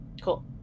Cool